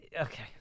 okay